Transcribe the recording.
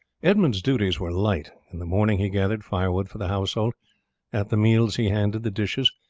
edmund's duties were light. in the morning he gathered firewood for the household at the meals he handed the dishes,